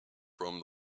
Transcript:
from